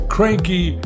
Cranky